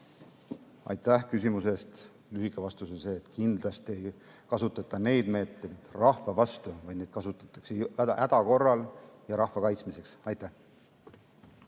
Aitäh küsimuse eest! Lühike vastus on, et kindlasti ei kasutata neid meetmeid rahva vastu, vaid neid kasutatakse suure häda korral ja rahva kaitsmiseks. Aitäh